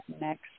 next